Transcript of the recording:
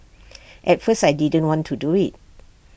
at first I didn't want to do IT